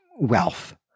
wealth